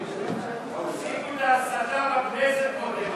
קודם תפסיק את ההסתה בכנסת.